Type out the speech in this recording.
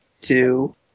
two